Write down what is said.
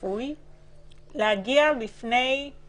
בזמן שאנחנו מחוקקים חוקי חירום כולם מתגייסים לעניין הזה,